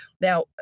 Now